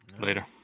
Later